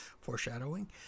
Foreshadowing